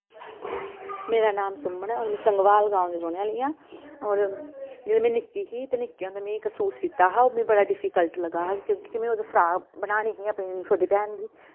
मेरा नाम सुमन ऐ में संगवाल गांव दी रौह्ने आह्ली आं और जेल्लै में निक्की ही ते निक्के होंदे में इक सूट सीह्ता हा ओह् मिगी बड़ा डिफिकल्ट लग्गा हा क्यूंकि में ओह्दी फ्राक बनानी ही अपनी छोटी भैन दी